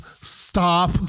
stop